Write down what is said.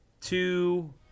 two